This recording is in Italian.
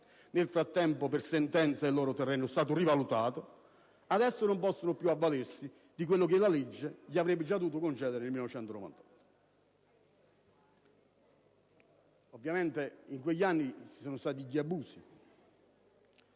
nel frattempo, per sentenza, il loro terreno è stato rivalutato; adesso non possono più avvalersi di quello che la legge avrebbe già dovuto concedere loro nel 1985. Ovviamente, in quegli anni ci sono stati gli abusi.